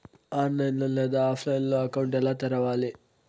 online లేదా ఆఫ్లైన్లో account ఎలా తెరవాలి